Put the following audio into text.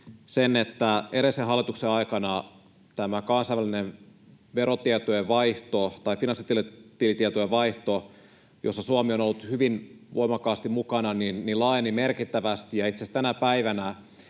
verotietojen vaihto tai finanssitilitietojen vaihto, jossa Suomi on ollut hyvin voimakkaasti mukana, laajeni merkittävästi.